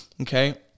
Okay